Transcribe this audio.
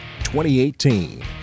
2018